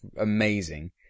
amazing